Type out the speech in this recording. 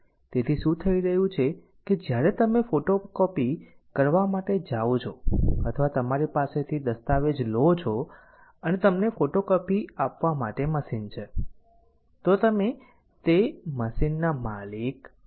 તેથી શું થઈ રહ્યું છે કે જ્યારે તમે ફોટોકોપી કરવા માટે જાઓ છો અથવા તમારી પાસેથી દસ્તાવેજ લો છો અને તમને ફોટોકોપી આપવા માટે મશીન છે તો તમેં તે મશીન ના માલિક નથી